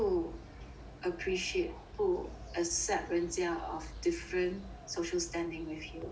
不 appreciate 不 accept 人家 of different social standing with you